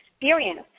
experience